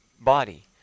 body